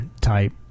type